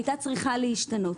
הייתה צריכה להשתנות.